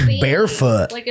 Barefoot